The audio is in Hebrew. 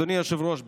אדוני היושב-ראש,